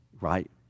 right